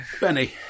Benny